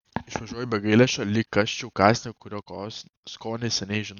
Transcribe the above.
išvažiuoju be gailesčio lyg kąsčiau kąsnį kurio skonį seniai žinau